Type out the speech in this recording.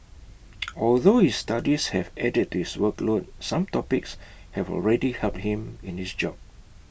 although his studies have added to his workload some topics have already helped him in his job